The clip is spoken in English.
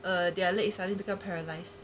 err their next life become paralyse